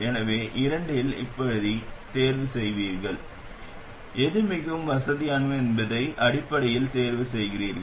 எனவே இரண்டில் எப்படி தேர்வு செய்வீர்கள் எது மிகவும் வசதியானது என்பதன் அடிப்படையில் தேர்வு செய்கிறீர்கள்